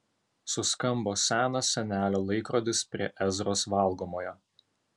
suskambo senas senelio laikrodis prie ezros valgomojo